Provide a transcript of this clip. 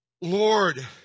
Lord